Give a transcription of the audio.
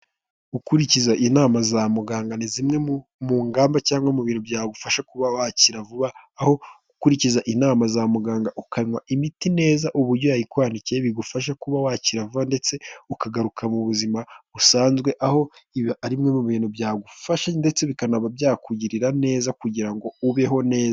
Gukurikiza inama za muganga ni zimwe mu ngamba cyangwa mu bintu byagufasha kuba wakira vuba, aho gukurikiza inama za muganga ukanywa imiti neza uburyo yayikwandikiye, bigufasha kuba wakira vuba ndetse ukagaruka mu buzima busanzwe, aho ari bimwe mu bintu byagufasha ndetse bikanaba byakugirira neza kugira ngo ubeho neza.